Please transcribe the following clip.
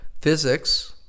Physics